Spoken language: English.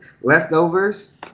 leftovers